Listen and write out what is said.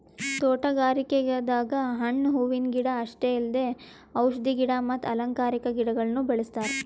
ತೋಟಗಾರಿಕೆದಾಗ್ ಹಣ್ಣ್ ಹೂವಿನ ಗಿಡ ಅಷ್ಟೇ ಅಲ್ದೆ ಔಷಧಿ ಗಿಡ ಮತ್ತ್ ಅಲಂಕಾರಿಕಾ ಗಿಡಗೊಳ್ನು ಬೆಳೆಸ್ತಾರ್